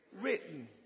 written